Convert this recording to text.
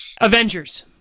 Avengers